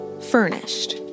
furnished